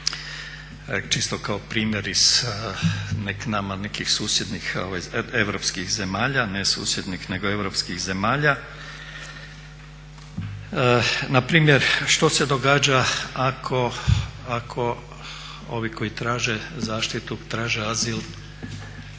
Čisto kao primjer iz nama nekih susjednih europskih zemalja, ne susjednih nego europskih zemalja. Na primjer, što se događa ako ovi koji traže zaštitu, traže azil